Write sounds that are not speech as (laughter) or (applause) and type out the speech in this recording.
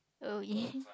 oh (laughs)